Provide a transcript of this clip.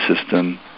system